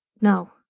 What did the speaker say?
No